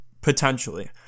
potentially